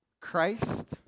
Christ